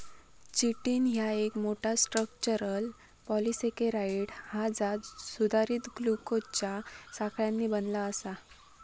chitin ह्या एक मोठा, स्ट्रक्चरल पॉलिसेकेराइड हा जा सुधारित ग्लुकोजच्या साखळ्यांनी बनला आसा